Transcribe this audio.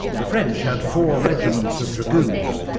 the french had four regiments of dragoons,